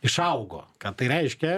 išaugo ką tai reiškia